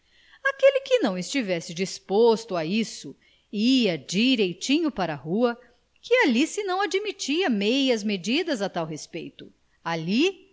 aquele que não estivesse disposto a isso ia direitinho para a rua que ali se não admitiam meias medidas a tal respeito ali